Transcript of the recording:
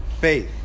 faith